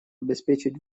обеспечить